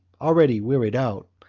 already wearied out,